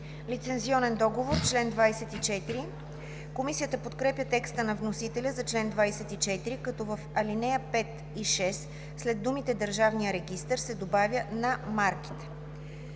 „Лицензионен договор – чл. 24“. Комисията подкрепя текста на вносителя за чл. 24, като в ал. 5 и 6 след думите „Държавния регистър“ се добавя „на марките“.